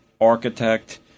architect